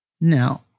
Now